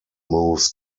moves